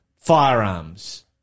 firearms